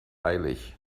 eilig